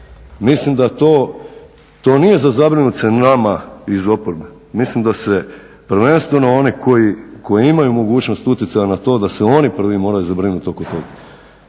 Mislim da to nije za zabrinut se nama iz oporbe, mislim da se prvenstveno oni koji imaju mogućnost utjecaja na to da se oni prvi moraju zabrinut oko toga.